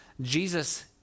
Jesus